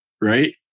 right